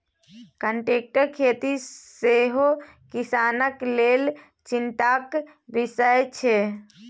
contract खेती सेहो किसानक लेल चिंताक बिषय छै